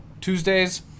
Tuesdays